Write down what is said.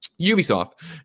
Ubisoft